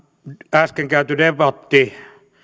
äsken käyty debatti